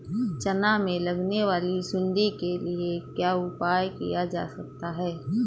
चना में लगने वाली सुंडी के लिए क्या उपाय किया जा सकता है?